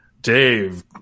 Dave